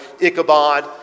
Ichabod